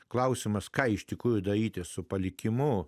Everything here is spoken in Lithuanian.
klausimas ką iš tikrųjų daryti su palikimu